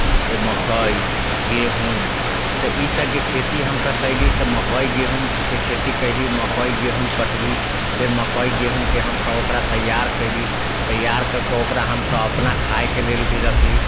मकइ गेहूँ तऽ ईसबके खेती हमसब कएली तऽ मकइ गेहूँके खेती कएली मकइ गेहूँ कटली फेर मकइ गेहूँके हमसब ओकरा तैयार कएली तैयार कऽ कऽ ओकरा हमसब अपना खाइके लेल भी रखली